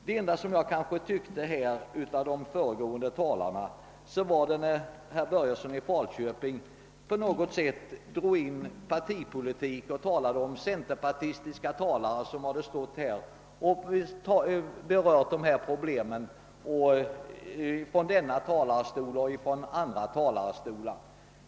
Det enda jag något vill bemöta av det som sagts av de föregående talarna är det förhållandet att herr Börjesson i Falköping på något sätt drog in partipolitik och talade om centerpartistiska talare, som berört dessa problem från denna talarstol och från andra talarstolar.